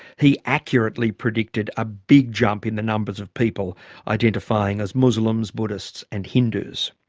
he accurately predicted a big jump in the numbers of people identifying as muslims, buddhists and hindus.